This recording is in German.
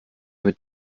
mit